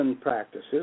Practices